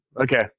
Okay